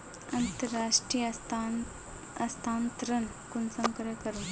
अंतर्राष्टीय स्थानंतरण कुंसम करे करूम?